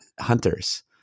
hunters